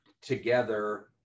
together